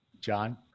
John